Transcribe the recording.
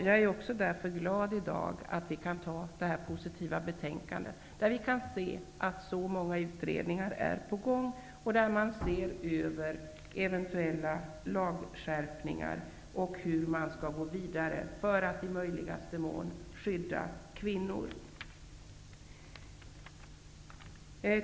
Jag är också glad i dag över att vi kan anta det här positiva betänkandet, av vilket framgår att många utredningar är på gång och att frågan om eventuella lagskärpningar ses över. Vidare talas det om hur man skall gå vidare för att i möjligaste mån skydda kvinnor.